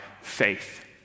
faith